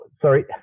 sorry